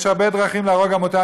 "יש הרבה דרכים להרוג עמותה,